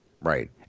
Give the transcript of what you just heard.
Right